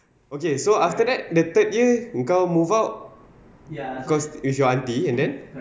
okay so after that the third year engkau move out because with your aunty and then